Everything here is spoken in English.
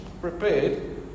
prepared